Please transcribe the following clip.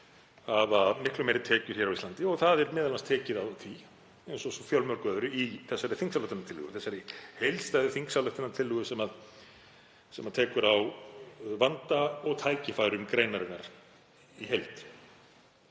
hafa miklu meiri tekjur á Íslandi og það er m.a. tekið á því eins og svo fjölmörgu öðru í þessari þingsályktunartillögu, þessari heildstæðu þingsályktunartillögu sem tekur á vanda og tækifærum greinarinnar í heild.